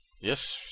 Yes